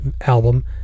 album